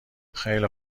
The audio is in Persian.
خیلی